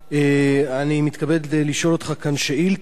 אני מתכבד לשאול אותך כאן שאילתא,